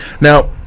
Now